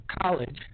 college